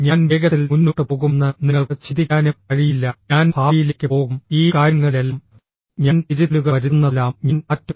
ഞാൻ വേഗത്തിൽ മുന്നോട്ട് പോകുമെന്ന് നിങ്ങൾക്ക് ചിന്തിക്കാനും കഴിയില്ല ഞാൻ ഭാവിയിലേക്ക് പോകും ഈ കാര്യങ്ങളിലെല്ലാം ഞാൻ തിരുത്തലുകൾ വരുത്തുന്നതെല്ലാം ഞാൻ മാറ്റും